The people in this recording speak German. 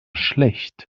schlecht